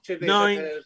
nine